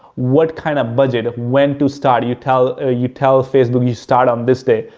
what kind of budget? when to start? you tell, ah you tell facebbook you start on this day.